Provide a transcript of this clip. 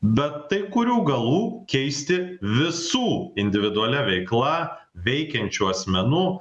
bet tai kurių galų keisti visų individualia veikla veikiančių asmenų